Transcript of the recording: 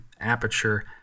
aperture